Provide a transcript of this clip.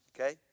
Okay